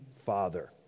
father